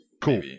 cool